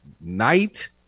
night